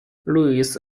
louise